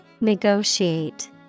Negotiate